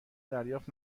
دریافت